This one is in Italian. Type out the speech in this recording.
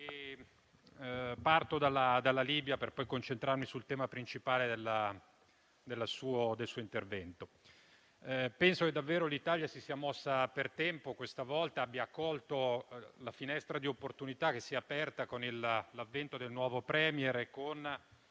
Parto dalla Libia per poi concentrarmi sul tema principale del suo intervento. Penso che l'Italia si sia mossa per tempo, questa volta, e abbia colto la finestra di opportunità che si è aperta con l'avvento del nuovo *Premier* e con